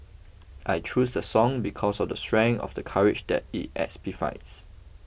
I choose the song because of the strength of the courage that it exemplifies